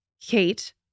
Kate